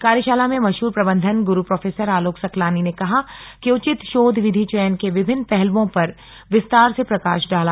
कार्यशाला में मशहूर प्रबन्ध ग्रू प्रोफेसर आलोक सकलानी ने कहा कि उचित शोध विधि चयन के विभिन्न पहलुओं पर विस्तार से प्रकाश डाला